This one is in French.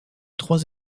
trois